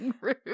rude